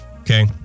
Okay